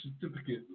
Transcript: certificate